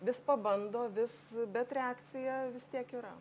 vis pabando vis bet reakcija vis tiek yra